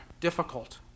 difficult